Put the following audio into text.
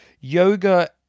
Yoga